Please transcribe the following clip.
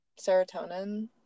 Serotonin